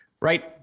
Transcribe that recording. right